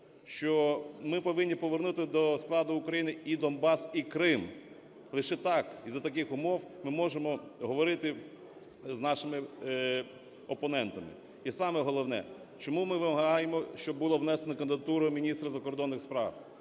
що ми повинні повернути до складу України і Донбас і Крим. Лише так і за таких умов ми можемо говорити з нашими опонентами. І саме головне, чому ми вимагаємо, щоб була внесена кандидатура міністра закордонних справ?